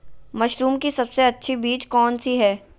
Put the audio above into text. Mushroom की सबसे अच्छी बीज कौन सी है?